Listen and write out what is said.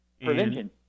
Prevention